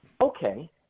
okay